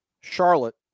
Charlotte